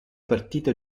partite